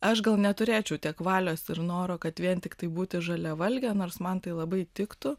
aš gal neturėčiau tiek valios ir noro kad vien tiktai būti žaliavalge nors man tai labai tiktų